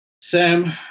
Sam